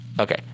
okay